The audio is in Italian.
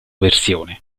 versione